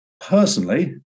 Personally